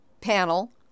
panel